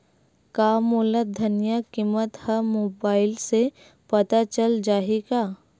का मोला धनिया किमत ह मुबाइल से पता चल जाही का?